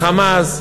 ה"חמאס",